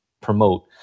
promote